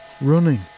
running